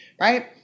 right